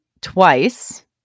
twice